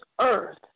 earth